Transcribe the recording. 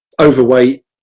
overweight